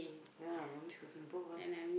ya mummy's cooking both of us